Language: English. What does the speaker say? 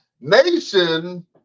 nation